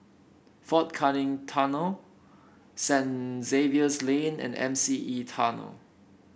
Fort Canning Tunnel Saint Xavier's Lane and M C E Tunnel